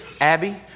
Abby